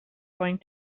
going